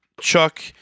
chuck